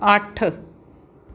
ਅੱਠ